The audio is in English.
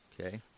Okay